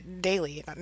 daily